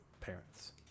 parents